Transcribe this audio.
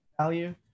value